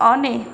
અને